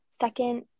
second